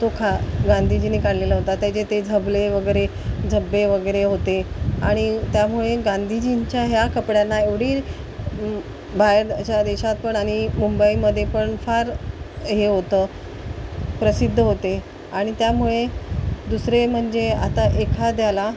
तो खा गांधीजीने काढलेला होता त्याचे ते झबले व झब्बे वगैरे होते आणि त्यामुळे गांधीजींच्या ह्या कपड्यांना एवढी बाहेर अशा देशात पण आणि मुंबईमध्ये पण फार हे होतं प्रसिद्ध होते आणि त्यामुळे दुसरे म्हणजे आता एखाद्याला